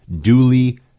duly